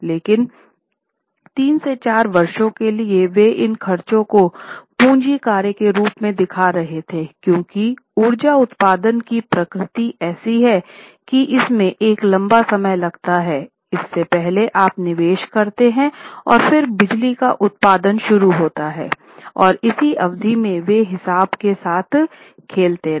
लेकिन 3 से 4 वर्षों के लिए वे इन खर्चों को पूंजी कार्य के रूप में दिखा रहे थे क्योंकि ऊर्जा उत्पाद की प्रकृति ऐसी है कि इसमें एक लंबा समय लगता है इससे पहले आप निवेश करते हैं और फिर बिजली का उत्पादन शुरू होता है और इसी अवधि में वे हिसाब के साथ खेलते रहे